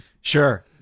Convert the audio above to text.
Sure